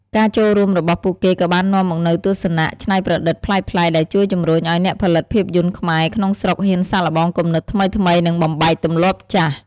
ការចូលរួមរបស់ពួកគេក៏បាននាំមកនូវ ទស្សនៈច្នៃប្រឌិត ប្លែកៗ ដែលជួយជំរុញឱ្យអ្នកផលិតភាពយន្តខ្មែរក្នុងស្រុកហ៊ានសាកល្បងគំនិតថ្មីៗ និងបំបែកទម្លាប់ចាស់។